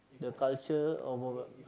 the culture about